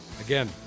Again